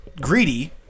greedy